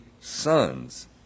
sons